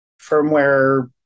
firmware